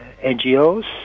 NGOs